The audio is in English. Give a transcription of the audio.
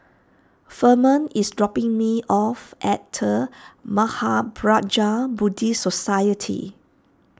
Firman is dropping me off at the Mahaprajna Buddhist Society